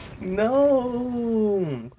No